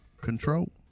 Control